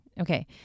Okay